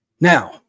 Now